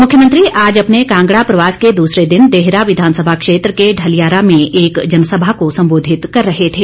मुख्यमंत्री आज अपने कांगड़ा प्रवास के दूसरे दिन देहरा विधानसभा क्षेत्र के ढलियारा में एक जनसभा को संबोधित कर रहे थे